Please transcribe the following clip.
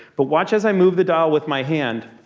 but watch as i move the dial with my hand.